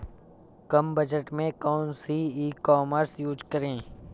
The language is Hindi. कम बजट में कौन सी ई कॉमर्स यूज़ करें?